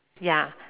ya